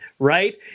Right